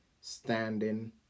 standing